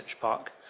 Park